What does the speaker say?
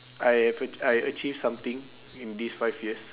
I have a~ I achieved something in this five years